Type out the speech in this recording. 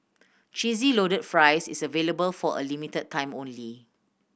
Cheesy Loaded Fries is available for a limited time only